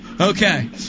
Okay